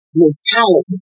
mentality